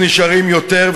30% נשארים יותר,